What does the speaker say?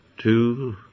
two